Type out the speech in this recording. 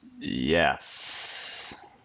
Yes